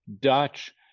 Dutch